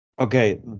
okay